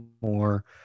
more